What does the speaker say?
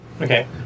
Okay